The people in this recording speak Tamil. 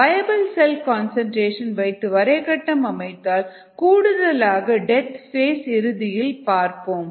வயபிள் செல் கன்சன்ட்ரேஷன் வைத்து வரை கட்டம் அமைத்தால் கூடுதலாக டெத் ஃபேஸ் இறுதியில் பார்ப்போம்